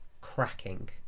cracking